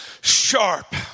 sharp